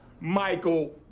Michael